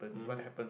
mmhmm